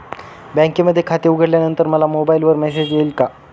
बँकेमध्ये खाते उघडल्यानंतर मला मोबाईलवर मेसेज येईल का?